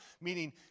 Meaning